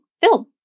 film